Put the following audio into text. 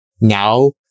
Now